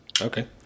okay